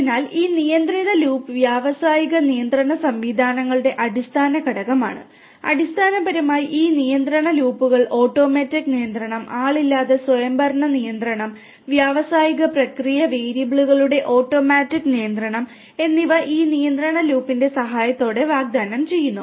അതിനാൽ ഈ നിയന്ത്രണ ലൂപ്പ് വ്യാവസായിക നിയന്ത്രണ സംവിധാനങ്ങളുടെ അടിസ്ഥാന ഘടകമാണ് അടിസ്ഥാനപരമായി ഈ നിയന്ത്രണ ലൂപ്പുകൾ ഓട്ടോമാറ്റിക് നിയന്ത്രണം ആളില്ലാത്ത സ്വയംഭരണ നിയന്ത്രണം വ്യാവസായിക പ്രക്രിയ വേരിയബിളുകളുടെ ഓട്ടോമാറ്റിക് നിയന്ത്രണം എന്നിവ ഈ നിയന്ത്രണ ലൂപ്പിന്റെ സഹായത്തോടെ വാഗ്ദാനം ചെയ്യുന്നു